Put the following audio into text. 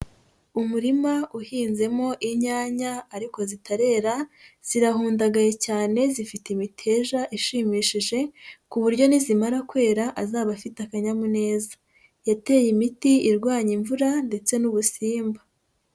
Umurima uhinzemo inyanya ariko zitarera, zirahundagaye cyane zifite imiteja ishimishije, ku buryo nizimamara kwera azaba afite akanyamuneza. Yateye imiti irwanya imvura ndetse n'ubusimba.